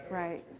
right